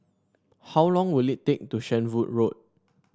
how long will it take to Shenvood Road